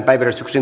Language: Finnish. asia